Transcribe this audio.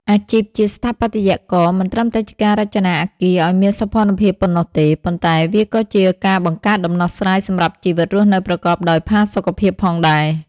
អាជីពជាស្ថាបត្យករ មិនត្រឹមតែជាការរចនាអគារឱ្យមានសោភ័ណភាពប៉ុណ្ណោះទេ ប៉ុន្តែវាក៏ជាការបង្កើតដំណោះស្រាយសម្រាប់ជីវិតរស់នៅប្រកបដោយផាសុកភាពផងដែរ។